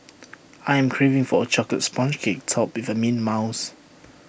I am craving for A Chocolate Sponge Cake Topped with Mint Mousse